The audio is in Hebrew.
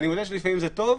אני מודה שלפעמים זה טוב.